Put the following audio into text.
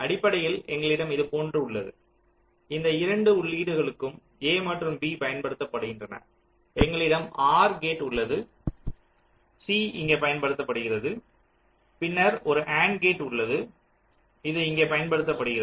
அடிப்படையில் எங்களிடம் இது போன் று உள்ளது இந்த இரண்டு உள்ளீடுகளுக்கும் a மற்றும் b பயன்படுத்தப்படுகின்றன எங்களிடம் ஆர் கேட் உள்ளது c இங்கே பயன்படுத்தப்படுகிறது பின்னர் ஒரு அண்ட் கேட் உள்ளது இது இங்கே பயன்படுத்தப்படுகிறது